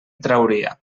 trauria